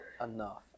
enough